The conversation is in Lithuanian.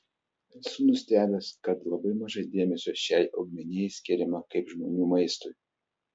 esu nustebęs kad labai mažai dėmesio šiai augmenijai skiriama kaip žmonių maistui